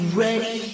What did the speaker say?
ready